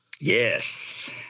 Yes